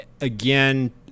Again